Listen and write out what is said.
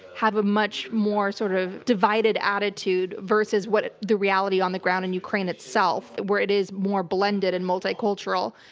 have a much more sort of divided attitude versus ah the reality on the ground in ukraine itself, where it is more blended and multicultural.